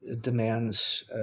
demands